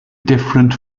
different